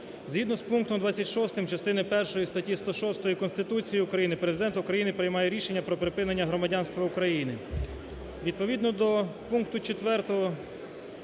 Згідно з пунктом 26 частини першої статті 106 Конституції України Президент України приймає рішення про припинення громадянства України.